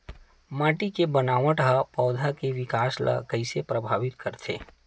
माटी के बनावट हा पौधा के विकास ला कइसे प्रभावित करथे?